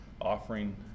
offering